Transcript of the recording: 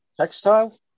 Textile